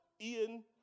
Ian